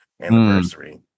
anniversary